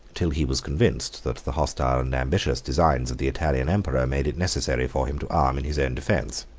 till he was convinced that the hostile and ambitious designs of the italian emperor made it necessary for him to arm in his own defence.